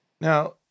Now